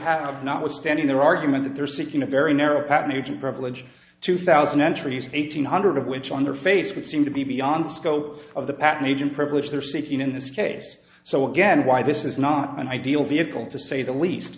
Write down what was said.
have notwithstanding their argument that they're seeking a very narrow path an agent privilege two thousand entries eight hundred of which on their face would seem to be beyond the scope of the patent agent privilege they're seeking in this case so again why this is not an ideal vehicle to say the least